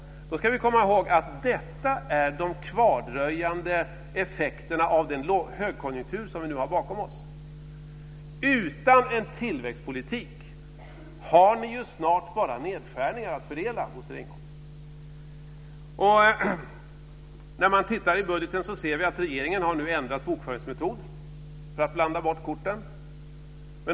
Då ska vi komma ihåg att detta är de kvardröjande effekterna av den högkonjunktur som vi nu har bakom oss. Utan en tillväxtpolitik har ni ju snart bara nedskärningar att fördela, Bosse Ringholm! När man tittar i budgeten så ser man att regeringen nu har ändrat bokföringsmetod för att blanda bort korten.